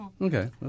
Okay